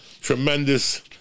Tremendous